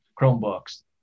Chromebooks